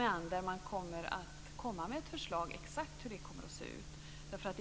Efter det kommer man att komma med ett förslag på exakt hur det ska se ut.